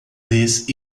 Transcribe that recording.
this